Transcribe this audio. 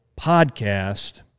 Podcast